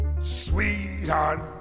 Sweetheart